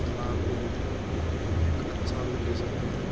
चितनार को हम एक अच्छा रूप दे सकते हैं